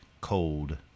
cold